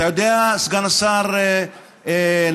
אתה יודע, סגן השר נהרי,